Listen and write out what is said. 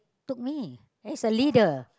took me as a leader